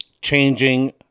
changing